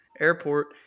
airport